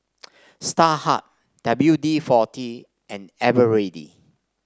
Starhub W D forty and Eveready